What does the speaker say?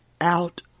out